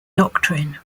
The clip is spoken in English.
doctrine